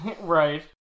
Right